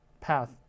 path